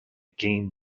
game